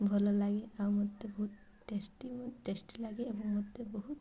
ଭଲଲାଗେ ଆଉ ମୋତେ ବହୁତ ଟେଷ୍ଟି ମ ଟେଷ୍ଟି ଲାଗେ ଏବଂ ମୋତେ ବହୁତ